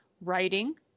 writing